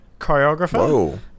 choreographer